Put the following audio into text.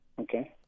Okay